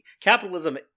Capitalism